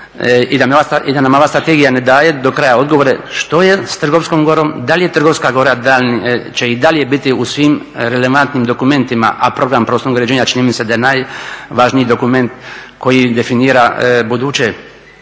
i da nam ova strategija ne daje do kraja odgovore što je s Trgovskom gorom, da li Trgovska gora će i dalje biti u svim relevantnim dokumentima. A program prostornog uređenja čini mi se da je najvažniji dokument koji definira budući